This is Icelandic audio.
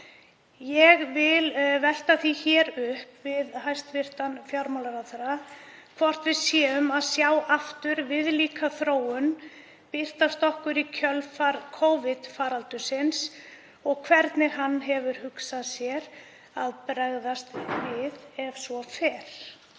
Ég vil velta því hér upp við hæstv. fjármálaráðherra hvort við séum að sjá aftur viðlíka þróun birtast okkur í kjölfar Covid-faraldursins og ég spyr hvernig hann hafi hugsað sér að bregðast við ef svo fer.